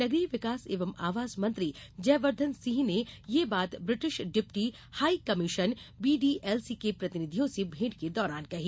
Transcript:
नगरीय विकास एवं आवास मंत्री जयवर्द्वन सिंह ने यह बात British deputy high commission BDHC के प्रतिनिधियों से भेंट के दौरान कही